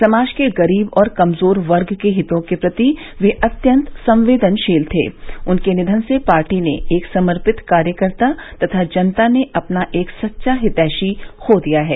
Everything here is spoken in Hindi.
समाज के गरीब और कमजोर वर्ग के हितों के प्रति वे अत्यन्त संवेदनशील थे उनके निधन से पार्टी ने एक समर्पित कार्यकर्ता तथा जनता ने अपना एक सच्चा हितैषी खो दिया है